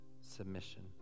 submission